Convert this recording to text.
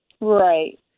Right